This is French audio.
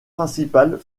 principal